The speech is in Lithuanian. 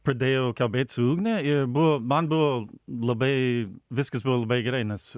pradėjau kalbėt su ugne ir buvo man buvo labai viskas buvo labai gerai nes